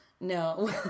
No